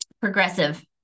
progressive